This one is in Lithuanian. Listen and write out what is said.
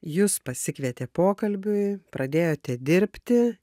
jus pasikvietė pokalbiui pradėjote dirbti